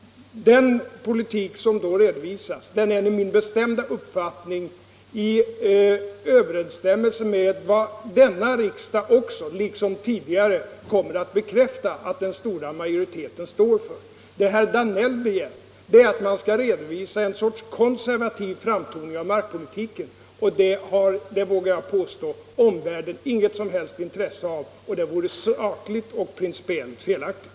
Den politik som redovisas i filmen står enligt min bestämda uppfattning i överensstämmelse med vad den stora majoriteten står för, vilket denna riksdag kommer att bekräfta liksom tidigare riksdagar har gjort. Vad herr Danell vill är att man skall redovisa en sorts konservativ framtoning av markpolitiken. Och det har, det vågar jag påstå, omvärlden inget som helst intresse av. Det vore dessutom sakligt och principiellt felaktigt.